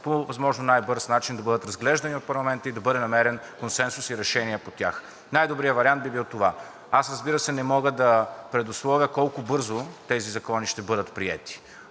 по възможно най-бърз начин да бъдат разглеждани от парламента и да бъде намерен консенсус и решение по тях, най-добрият вариант би бил това. Аз, разбира се, не мога да предусловя колко бързо тези закони ще бъдат приети,